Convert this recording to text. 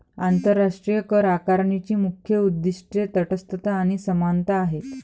आंतरराष्ट्रीय करआकारणीची मुख्य उद्दीष्टे तटस्थता आणि समानता आहेत